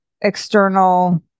external